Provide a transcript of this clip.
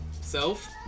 Self